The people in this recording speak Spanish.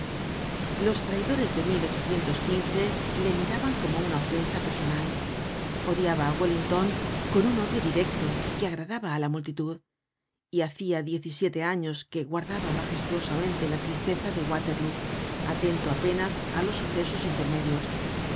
los traidores de le miraban como una ofensa personal odiaba á wellington con un odio directo que agradaba á la multitud y hacia diez y siete años que guardaba magestuosamente la tristeza de waterlóo atento apenas á los sucesos intermedios